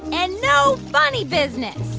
and no funny business